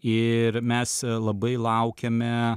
ir mes labai laukiame